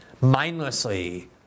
mindlessly